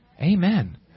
Amen